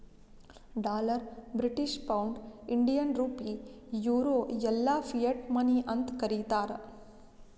dollar, British pound, Indian rupee, euro ಎಲ್ಲಾ fiat money ಅಂತ್ ಕರೀತಾರ